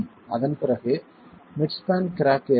அதன் பிறகு mid span crack ஏற்படும்